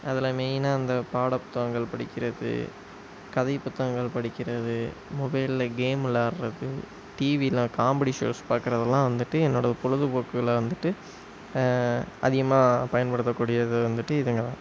அதில் மெய்னாக இந்த பாட புத்தகங்கள் படிக்கிறது கதை புத்தகங்கள் படிக்கிறது மொபைலில் கேம் விளாடுறது டிவியில் காமெடி ஷோஸ் பாக்கிறதுலாம் வந்துவிட்டு என்னோட பொழுதுபோக்குகளாக வந்துவிட்டு அதிகமாக பயன்படுத்தக்கூடியது வந்துவிட்டு இதுங்க தான்